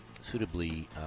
suitably